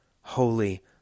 Holy